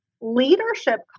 leadership